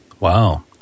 Wow